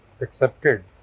accepted